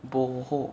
boho